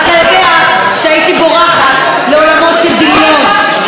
אתה יודע שהיית בורחת לעולמות של דמיון,